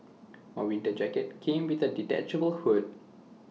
my winter jacket came with A detachable hood